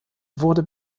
wurde